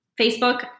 Facebook